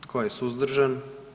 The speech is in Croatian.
Tko je suzdržan?